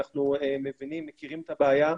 אנחנו מכירים את הבעיה.